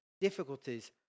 difficulties